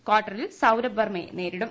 ക്വാർട്ട്പിൽ സൌരഭ് വർമ്മയെ നേരിടും